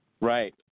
Right